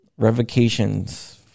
revocations